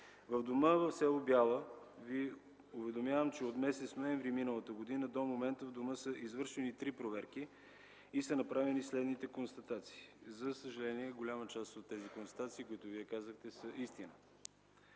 в дома в с. Бяла от месец ноември миналата година до момента са извършени три проверки и са направени следните констатации. За съжаление, голяма част от тези констатации, за които Вие казахте, са истина: